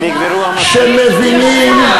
שמבינים,